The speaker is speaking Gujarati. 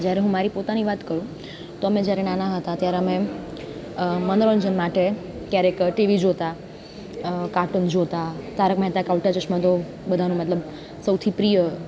જ્યારે હું મારી પોતાની વાત કરું તો અમે જ્યારે નાનાં હતાં ત્યારે અમે મનોરંજન માટે ક્યારેક ટીવી જોતાં કાર્ટૂન જોતાં તારક મહેતા કા ઉલ્ટા ચશ્માં તો બધાનો મતલબ સૌથી પ્રિય